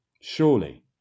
Surely